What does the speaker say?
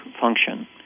function